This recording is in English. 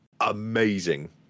amazing